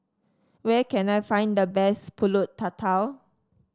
where can I find the best pulut tatal